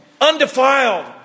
undefiled